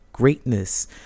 greatness